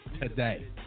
today